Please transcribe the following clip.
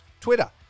Twitter